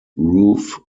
roof